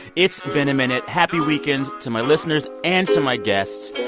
it's been a minute. happy weekend to my listeners and to my guests.